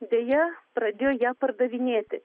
deja pradėjo ją pardavinėti